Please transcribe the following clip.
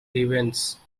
events